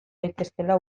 daitezkeela